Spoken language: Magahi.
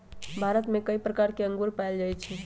भारत में कई प्रकार के अंगूर पाएल जाई छई